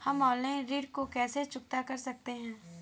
हम ऑनलाइन ऋण को कैसे चुकता कर सकते हैं?